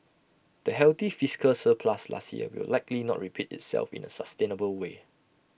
the healthy fiscal surplus last year will likely not repeat itself in A sustainable way